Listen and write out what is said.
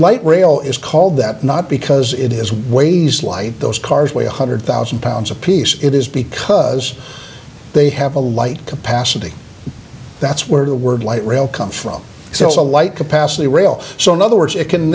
light rail is called that not because it is ways like those cars weigh a hundred thousand pounds apiece it is because they have a light capacity that's where the word light rail comes from so it's a light capacity rail so in other words it can